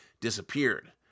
disappeared